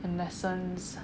and lessons